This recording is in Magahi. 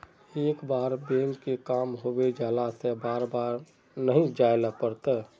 एक बार बैंक के काम होबे जाला से बार बार नहीं जाइले पड़ता?